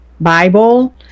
bible